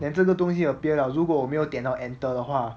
then 这个东西 appeared liao 如果我没有点掉 enter 的话